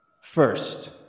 First